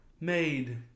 made